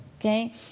okay